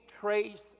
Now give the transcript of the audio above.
trace